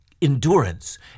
endurance